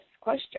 question